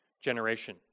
generation